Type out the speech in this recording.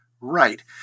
Right